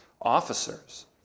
officers